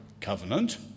covenant